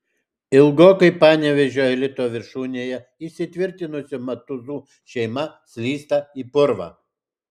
ilgokai panevėžio elito viršūnėje įsitvirtinusi matuzų šeima slysta į purvą